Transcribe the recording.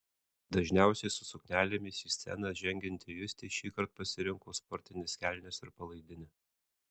dažniausiai su suknelėmis į sceną žengianti justė šįkart pasirinko sportines kelnes ir palaidinę